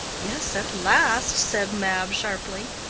yes, at last, said mab, sharply.